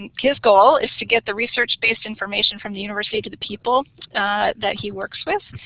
and his goal is to get the research-based information from the university to the people that he works with,